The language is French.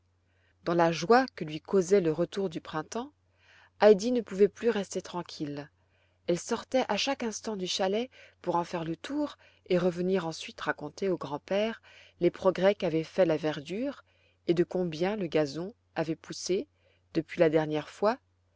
dans la joie que lui causait le retour du printemps heidi ne pouvait plus rester tranquille elle sortait à chaque instant du chalet pour en faire le tour et revenir ensuite raconter au grand-père les progrès qu'avait faits la verdure et de combien le gazon avait poussé depuis la dernière fois